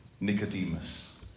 Nicodemus